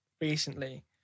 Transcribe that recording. recently